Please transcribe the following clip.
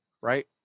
right